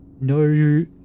No